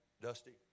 Dusty